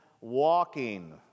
walking